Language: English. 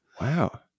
wow